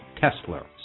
Tesla